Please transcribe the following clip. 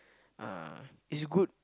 uh it's good